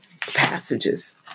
passages